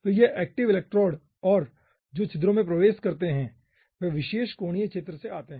तो active electrode और जो छिद्रों में प्रवेश करते हैं वे विशेष कोणीय क्षेत्रों से आते हैं